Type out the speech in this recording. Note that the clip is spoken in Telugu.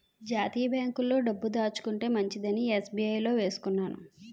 జాతీయ బాంకుల్లో డబ్బులు దాచుకుంటే మంచిదని ఎస్.బి.ఐ లో వేసుకున్నాను